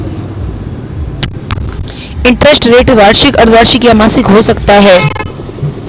interest rate वार्षिक, अर्द्धवार्षिक या मासिक हो सकता है